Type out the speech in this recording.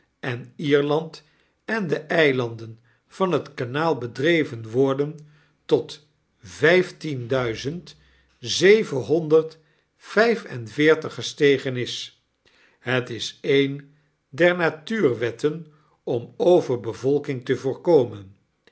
n d en de eilanden van het kanaal bedreven worden tot vyftien duizend zevenhonderd vijf en veertig gestegen is het is een der natuurwetten om overbevolking te voorkomen